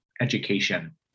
education